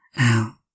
out